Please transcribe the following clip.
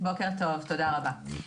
בוקר טוב, תודה רבה.